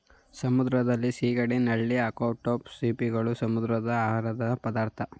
ಸಮುದ್ರದ ಸಿಗಡಿ, ನಳ್ಳಿ, ಅಕ್ಟೋಪಸ್, ಸಿಂಪಿಗಳು, ಸಮುದ್ರದ ಆಹಾರದ ಪದಾರ್ಥ